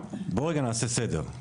בואי נעשה סדר: